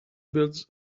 builds